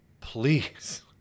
please